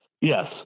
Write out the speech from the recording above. Yes